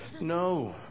No